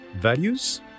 values